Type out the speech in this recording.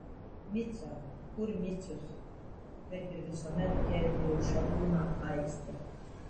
miciau kur micius kaip ir visuomet gelbėjo šarūną aistė